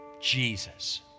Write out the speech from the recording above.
Jesus